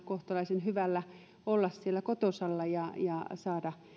kohtalaisen hyvällä työttömyyskorvauksella olla siellä kotosalla ja ja saada